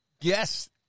Yes